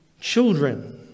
children